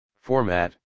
Format